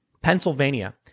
Pennsylvania